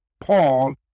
Paul